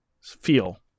feel